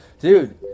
Dude